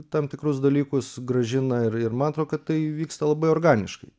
tam tikrus dalykus grąžina ir ir man atrodo kad tai vyksta labai organiškai